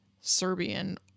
Serbian